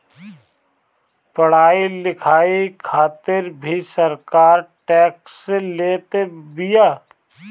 पढ़ाई लिखाई खातिर भी सरकार टेक्स लेत बिया